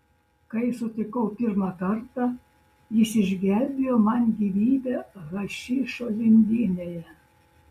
kai sutikau pirmą kartą jis išgelbėjo man gyvybę hašišo lindynėje